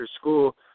school